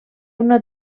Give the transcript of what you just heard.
una